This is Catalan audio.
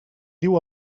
diu